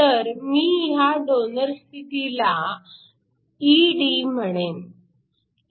तर मी ह्या डोनर स्थितीला ED म्हणेन